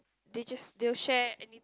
they just they will share any